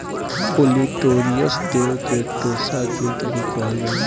olitorius देव के टोसा जूट भी कहल जाला